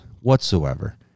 whatsoever